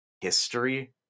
history